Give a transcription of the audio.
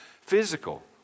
physical